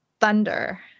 thunder